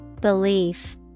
Belief